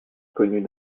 connus